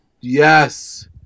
Yes